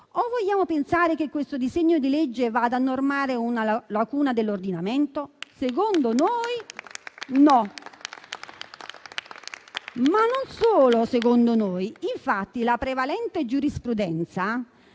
O vogliamo pensare che questo disegno di legge vada a colmare una lacuna dell'ordinamento? Secondo noi, no. Ma non solo secondo noi. Infatti la prevalente giurisprudenza